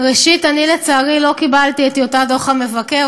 ראשית, אני, לצערי, לא קיבלתי את טיוטת דוח המבקר.